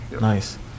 nice